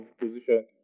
position